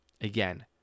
again